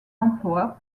emploie